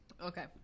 Okay